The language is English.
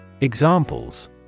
Examples